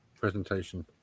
presentation